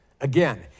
Again